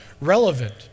relevant